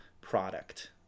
product